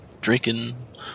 drinking